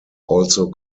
also